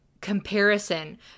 comparison